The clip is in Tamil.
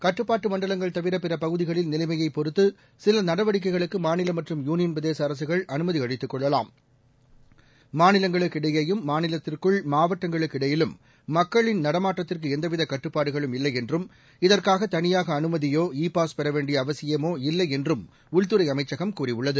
கட்டுப்பாட்டு மண்டலங்கள் தவிர பிற பகுதிகளில் நிலைமையைப் பொறுத்து சில நடவடிக்கைகளுக்கு மாநில மற்றும் யூனியன் பிரதேச அரசுகள் அனுமதி அளித்துக் கொள்ளலாம் மாநிலங்களுக்கு இடையேயும் மாநிலத்திற்குள் மாவட்டங்களுக்கு இடையிலும் மக்களின் நடமாட்டத்திற்கு எந்தவித கட்டுப்பாடுகளும் இல்லை என்றும் இதற்காக தனியாக அனுமதியோ இ பாஸ் பெற வேண்டிய அவசியமோ இல்லை என்றும் உள்துறை அமைச்சகம் கூறியுள்ளது